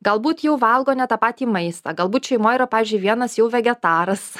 galbūt jau valgo ne tą patį maistą galbūt šeimoj yra pavyzdžiui vienas jau vegetaras